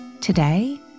Today